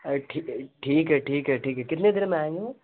ارے ٹھیک ٹھیک ہے ٹھیک ہے ٹھیک ہے کتنے دیر میں آئیں گے آپ